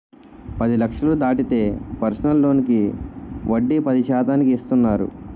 పది లక్షలు దాటితే పర్సనల్ లోనుకి వడ్డీ పది శాతానికి ఇస్తున్నారు